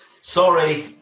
sorry